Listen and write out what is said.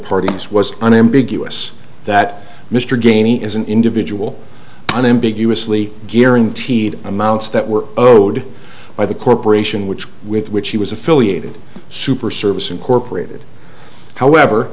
parties was unambiguous that mr gainey as an individual unambiguous lee guaranteed amounts that were owed by the corporation which with which he was affiliated super service incorporated however